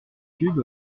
pubs